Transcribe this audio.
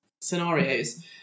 scenarios